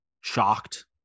shocked